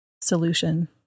solution